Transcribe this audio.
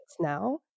now